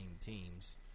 teams